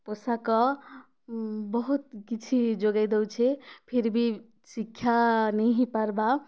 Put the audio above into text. ପୋଷାକ ବହୁତ କିଛି ଯୋଗେଇ ଦେଉଛେ ଫିର୍ବି ଶିକ୍ଷା ନାଇଁ ହେଇପାର୍ବା